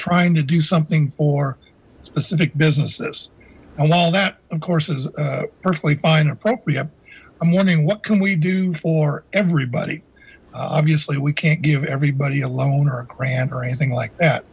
trying to do something for specific businesses and while that of course is perfectly fine appropriate i'm wondering what can we do for everybody obviously we can't give everybody a loan or a grant or anything like that